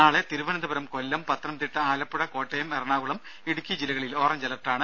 നാളെ തിരുവനന്തപുരം കൊല്ലം പത്തനംതിട്ട ആലപ്പുഴ കോട്ടയം എറണാകുളം ഇടുക്കി ജില്ലകളിൽ ഓറഞ്ച് അലർട്ടാണ്